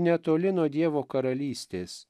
netoli nuo dievo karalystės